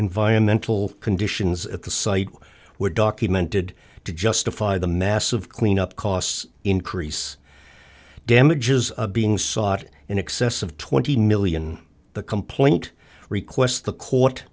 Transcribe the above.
environmental conditions at the site were documented to justify the massive cleanup costs increase damages being sought in excess of twenty million the complaint yes the court